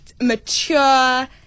mature